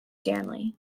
stanley